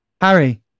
Harry